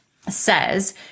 says